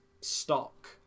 stock